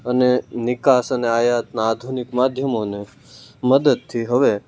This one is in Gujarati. અને નિકાસ અને આયાતના આધુનિક માધ્યમોને મદદથી હવે